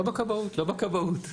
לא בכבאות.